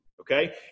Okay